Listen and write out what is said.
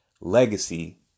legacy